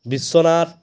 Biswanath